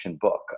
book